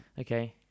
Okay